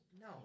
No